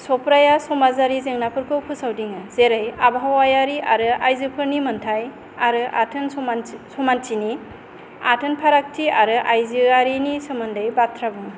चफ्राया समाजारि जेंनाफोरखौ फोसावदिङो जेरै आबहावायारि आरो आयजोफोरनि मोनथाय आरो आथोन समानथि समानथिनि आथोन फारागथि आरो आयजोआरिनि सोमोन्दै बाथ्रा बुङो